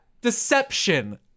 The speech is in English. Deception